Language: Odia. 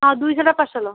ହଁ ଦୁଇ ଶହଟା ପାର୍ସଲ